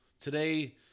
today